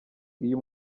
iyo